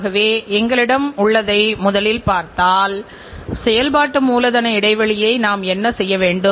ஆகவே தரம் மற்றும் விலைக்கு இடையில் சமநிலையை நாம் பராமரிக்க வேண்டும்